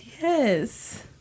Yes